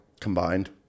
Combined